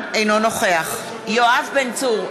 אינו נוכח יואב בן צור,